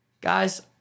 guys